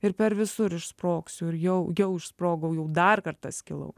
ir per visur išsprogsiu ir jau jau išsprogau jau dar kartą skilau